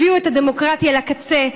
הביאו את הדמוקרטיה לקצה,